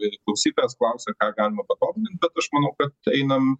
ir klausytojas klausia ką galima patobulint bet aš manau kad einam